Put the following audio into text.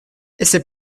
essaie